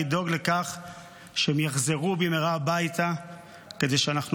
היא לדאוג לכך שהם יחזרו במהרה הביתה כדי שאנחנו